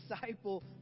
disciple